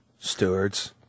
stewards